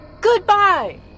goodbye